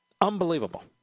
Unbelievable